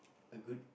a good